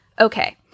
okay